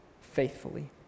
faithfully